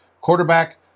quarterback